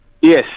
Yes